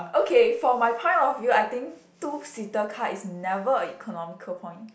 okay for my point of view I think two seater car is never a economical point